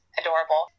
adorable